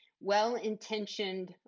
well-intentioned